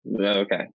Okay